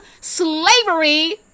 slavery